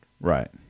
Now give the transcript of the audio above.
Right